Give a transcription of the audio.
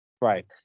Right